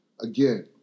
again